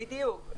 בדיוק.